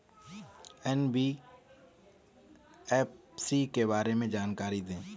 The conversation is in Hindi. एन.बी.एफ.सी के बारे में जानकारी दें?